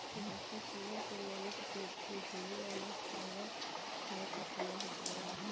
doctor sugar के मरीज के धुले वाला फाइबर खाए के सलाह देवेलन